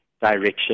direction